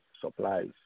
supplies